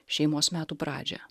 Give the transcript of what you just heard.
šeimos metų pradžią